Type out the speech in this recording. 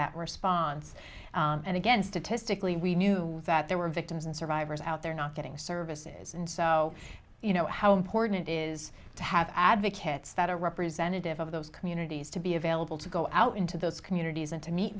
that response and again statistically we knew that there were victims and survivors out there not getting services and so you know how important it is to have advocates that are representative of those communities to be available to go out into those communities and to meet